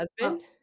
husband